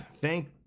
thank